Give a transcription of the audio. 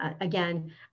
again